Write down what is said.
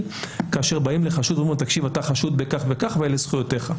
כאשר באים לחשוד ואומרים לו שהוא חשוד בכך וכך ואלה זכויותיו.